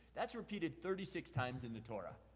that's repeated thirty six times in the torah.